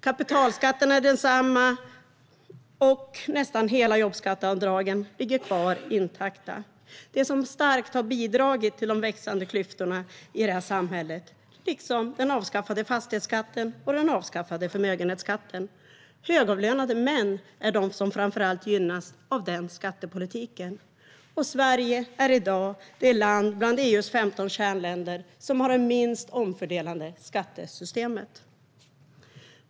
Kapitalskatten är densamma, och nästan hela jobbskatteavdragen ligger kvar intakta. Det är detta som starkt har bidragit till de växande klyftorna i samhället, liksom den avskaffade fastighetsskatten och den avskaffade förmögenhetsskatten. Högavlönade män är de som framför allt gynnas av den skattepolitiken. Sverige är i dag det av EU:s 15 kärnländer som har det minst omfördelande skattesystemet.